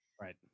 Right